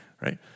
right